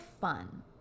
fun